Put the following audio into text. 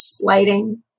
lighting